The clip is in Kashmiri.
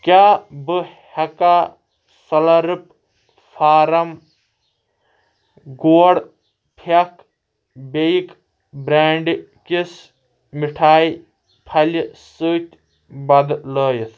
کیٛاہ بہٕ ہیٚکا سلرٕپ فارم گور کھیٚتھ بیٚیہِ بریٚنٛڈٟ کِس مِٹھایہِ پھلہِ سۭتۍ بدلٲیِتھ؟